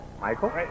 Michael